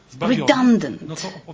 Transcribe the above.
Redundant